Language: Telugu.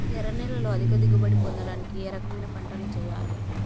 ఎర్ర నేలలో అధిక దిగుబడి పొందడానికి ఏ రకమైన పంటలు చేయాలి?